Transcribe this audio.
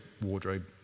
wardrobe